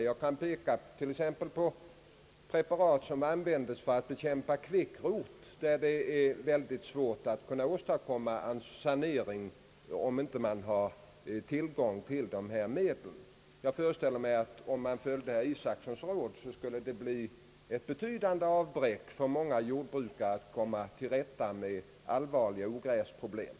Jag kan t.ex. peka på de preparat som användes för att bekämpa kvickrot, utan vilka det vore mycket svårt att åstadkomma en sanering av ogräsbemängda åkrar. Jag föreställer mig att det — om man följde herr Isacsons råd — skulle bli ett betydande avbräck för många jordbrukare i deras ansträngningar att komma till rätta med allvarliga ogräsproblem.